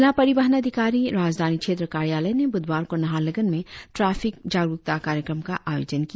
जिला परिवहन अधिकारी राजधानी क्षेत्र कार्यालय ने बुधवार को नाहलगुन में ट्रैफिक जागरुकता कार्यक्रम का आयोजन किया